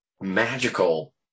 magical